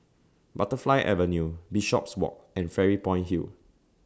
Butterfly Avenue Bishopswalk and Fairy Point Hill